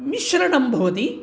मिश्रणं भवति